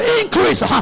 increase